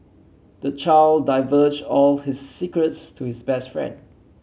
the child divulged all his secrets to his best friend